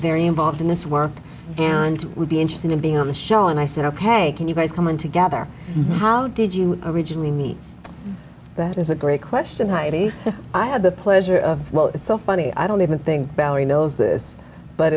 very involved in this work and would be interested in being on the show and i said ok can you guys come in together how did you originally meet that is a great question heidi i had the pleasure of well it's so funny i don't even think barry knows this but